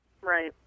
Right